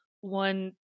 one